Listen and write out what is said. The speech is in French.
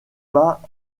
pas